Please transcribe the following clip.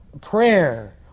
prayer